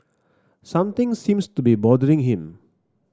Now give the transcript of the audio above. something seems to be bothering him